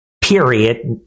Period